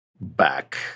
back